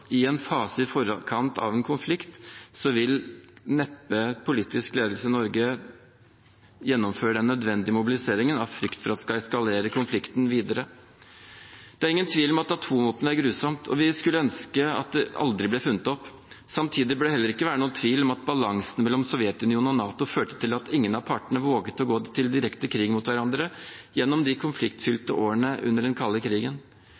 skal eskalere konflikten videre. Det er ingen tvil om at atomvåpen er grusomt, og vi skulle ønske at de aldri ble funnet opp. Samtidig bør det heller ikke være noen tvil om at balansen mellom Sovjetunionen og NATO førte til at ingen av partene våget å gå til direkte krig mot hverandre i de konfliktfylte årene under den kalde krigen.